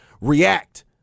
react